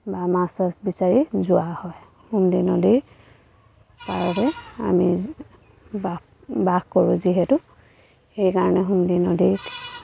বা মাছ চাছ বিচাৰি যোৱা হয় সুমদি নদীৰ পাৰতে আমি বাস বাস কৰোঁ যিহেতু সেইকাৰণে সুমদি নদীত